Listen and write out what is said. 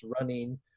running